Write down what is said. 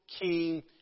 King